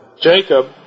Jacob